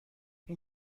این